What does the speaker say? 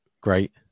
great